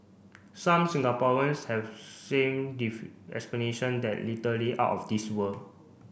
some Singaporeans have same explanation that literally out of this world